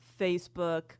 facebook